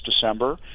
December